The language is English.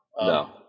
no